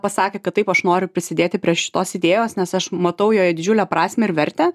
pasakė kad taip aš noriu prisidėti prie šitos idėjos nes aš matau joje didžiulę prasmę ir vertę